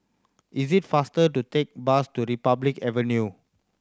is it faster to take bus to Republic Avenue